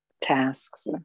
tasks